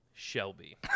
Shelby